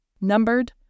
numbered